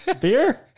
Beer